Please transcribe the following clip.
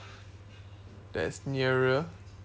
that is nearer